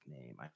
name